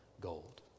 gold